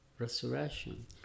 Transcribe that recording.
Resurrection